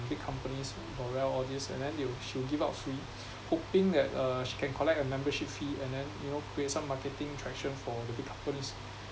big companies Loreal all these and then they will she will give out free hoping that uh she can collect a membership fee and then you know create some marketing traction for the big companies